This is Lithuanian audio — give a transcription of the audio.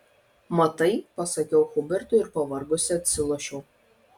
matai pasakiau hubertui ir pavargusi atsilošiau